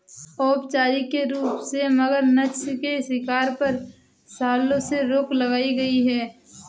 औपचारिक रूप से, मगरनछ के शिकार पर, सालों से रोक लगाई गई है